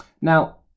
now